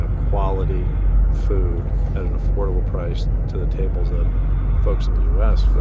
ah quality food at an affordable price to the tables of folks in the u s,